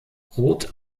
roth